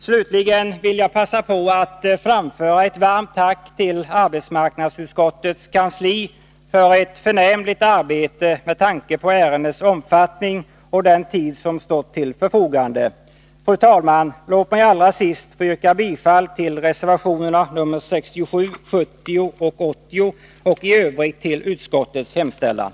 Slutligen vill jag passa på att framföra ett varmt tack till arbetsmarknadsutskottets kansli för ett förnämligt arbete, med tanke på ärendets omfattning och den tid som stått till förfogande. Fru talman! Låt mig allra sist få yrka bifall till reservationerna nr 67, 70 och 80, och i övrigt bifall till utskottets hemställan.